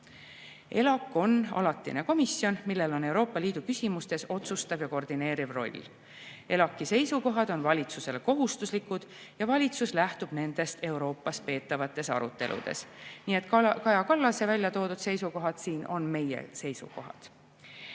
ELAK on alatine komisjon, millel on Euroopa Liidu küsimustes otsustav ja koordineeriv roll. ELAK-i seisukohad on valitsusele kohustuslikud ja valitsus lähtub nendest Euroopas peetavates aruteludes. Nii et Kaja Kallase siin välja toodud seisukohad on meie seisukohad.